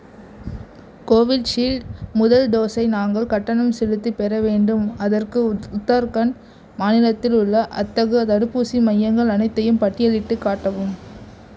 Covishield முதல் டோஸை நாங்கள் கட்டணம் செலுத்திப் பெற வேண்டும் அதற்கு உத் உத்தராகண்ட் மாநிலத்தில் உள்ள அத்தகு தடுப்பூசி மையங்கள் அனைத்தையும் பட்டியலிட்டுக் காட்டவும்